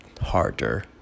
harder